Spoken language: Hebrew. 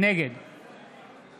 נגד חיים כץ, אינו